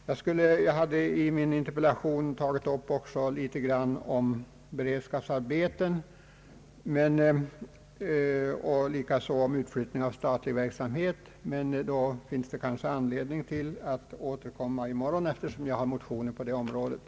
Jag hade i min interpellation även tagit upp något om beredskapsarbeten och utflyttning av statlig verksamhet, men det finns kanske anledning att återkomma härtill i morgon, eftersom jag har motion i dessa frågor.